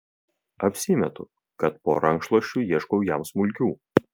apsimetu kad po rankšluosčiu ieškau jam smulkių